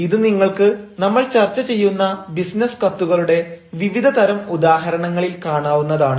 ഇത് നിങ്ങൾക്ക് നമ്മൾ ചർച്ച ചെയ്യുന്ന ബിസിനസ് കത്തുകളുടെ വിവിധതരം ഉദാഹരണങ്ങളിൽ കാണാവുന്നതാണ്